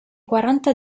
quaranta